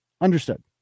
understood